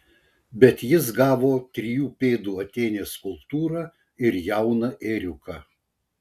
bet jis gavo trijų pėdų atėnės skulptūrą ir jauną ėriuką